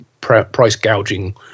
price-gouging